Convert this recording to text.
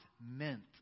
meant